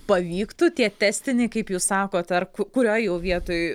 pavyktų tie testiniai kaip jūs sakote ar kurioj jau vietoj